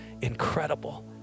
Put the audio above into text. incredible